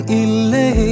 ille